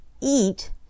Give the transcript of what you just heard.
Eat